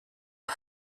auf